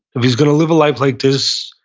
if he's going to live a life like this,